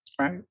Right